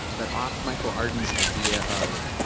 but off michael arden's idea of,